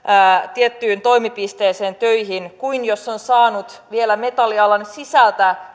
tiettyyn toimipisteeseen töihin kuin jos on saanut vielä metallialan sisältä